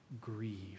grieve